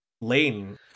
lane